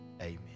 amen